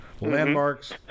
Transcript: Landmarks